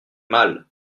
mal